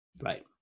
Right